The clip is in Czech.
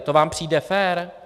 To vám přijde fér?